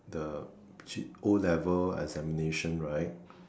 the O-level examination right